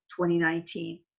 2019